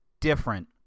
different